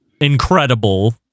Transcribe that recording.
incredible